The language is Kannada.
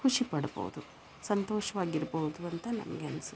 ಖುಷಿ ಪಡ್ಬೋದು ಸಂತೋಷ್ವಾಗಿರ್ಬೋದು ಅಂತ ನನಗೆ ಅನ್ಸತ್ತೆ